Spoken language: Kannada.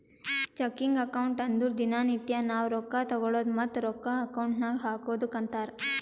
ಚೆಕಿಂಗ್ ಅಕೌಂಟ್ ಅಂದುರ್ ದಿನಾ ನಿತ್ಯಾ ನಾವ್ ರೊಕ್ಕಾ ತಗೊಳದು ಮತ್ತ ರೊಕ್ಕಾ ಅಕೌಂಟ್ ನಾಗ್ ಹಾಕದುಕ್ಕ ಅಂತಾರ್